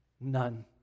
None